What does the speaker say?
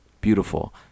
beautiful